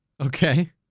Okay